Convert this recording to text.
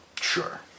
Sure